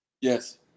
Yes